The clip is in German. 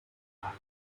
war